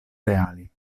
reali